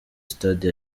stade